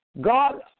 God